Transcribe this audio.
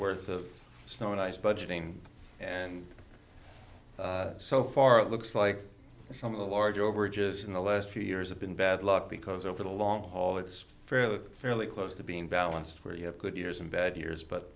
worth of snow and ice budgeting and so far it looks like some of the larger overages in the last few years have been bad luck because over the long haul it's fairly fairly close to being balanced where you have good years and bad years but